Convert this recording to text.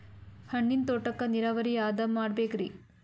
ಹಣ್ಣಿನ್ ತೋಟಕ್ಕ ನೀರಾವರಿ ಯಾದ ಮಾಡಬೇಕ್ರಿ?